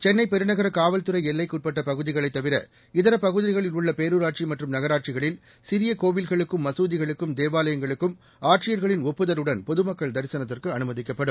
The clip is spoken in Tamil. சென்னைபெருநகரகாவல்துறைஎல்லைக்குஉட்பட்டபகுதிகளைத் இதரபகுதிகளில் உள்ளபேரூராட்சிமற்றும் நகராட்சிகளில் சிறியகோவில்களுக்கும் மசூதிகளுக்கும் தேவாலயங்களுக்கும் ஆட்சியர்களின் ஒப்புதலுடன் பொதுமக்கள் தரிசனத்துக்குஅனுமதிக்கப்படும்